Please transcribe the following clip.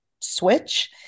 switch